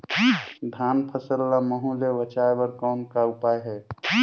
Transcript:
धान फसल ल महू ले बचाय बर कौन का उपाय हे?